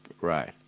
Right